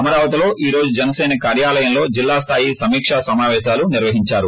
అమరావతిలో ఈ రోజు జనసేన కార్యాలయంలో జిల్లా స్లాయి సమీకా సమావేశాలు నిర్వహించారు